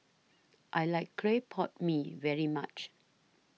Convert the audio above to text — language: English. I like Clay Pot Mee very much